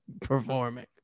performing